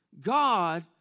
God